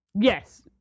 Yes